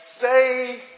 say